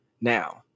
now